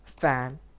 fan